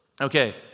okay